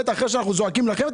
אחרי שאנחנו זועקים לכם,